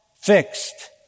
fixed